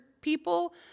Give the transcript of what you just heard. people